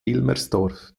wilmersdorf